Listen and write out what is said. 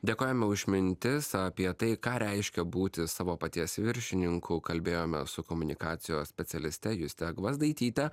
dėkojame už mintis apie tai ką reiškia būti savo paties viršininku kalbėjome su komunikacijos specialiste juste gvazdaitytė